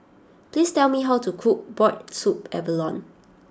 please tell me how to cook Boiled Abalone Soup